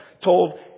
told